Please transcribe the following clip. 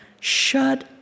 shut